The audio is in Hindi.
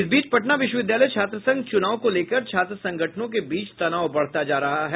इस बीच पटना विश्वविद्यालय छात्र संघ चुनाव को लेकर छात्र संगठनों के बीच तनाव बढ़ता जा रहा है